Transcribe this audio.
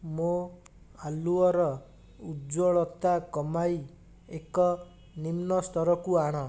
ମୋ ଆଲୁଅର ଉଜ୍ଜ୍ଵଳତା କମାଇ ଏକ ନିମ୍ନ ସ୍ତରକୁ ଆଣ